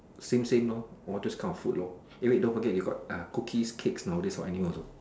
same same lor all these kind of food lor eh wait don't forget we got uh cookies cakes nowadays for anyone also